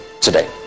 today